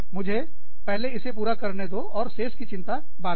मुझे पहले इसे पूरा करने दो और शेष की चिंता बाद में